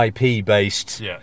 IP-based